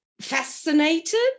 fascinated